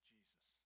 Jesus